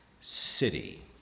city